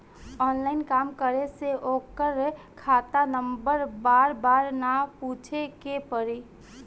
online काम करे से ओकर खाता नंबर बार बार ना पूछे के पड़ी